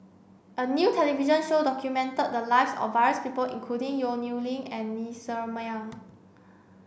a new television show documented the lives of various people including Yong Nyuk Lin and Ng Ser Miang